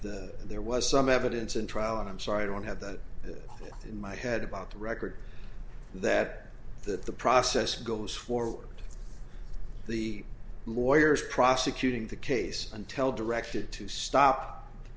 case there was some evidence in trial and i'm sorry i don't have that in my head about the record that that the process goes forward the lawyers prosecuting the case until directed to stop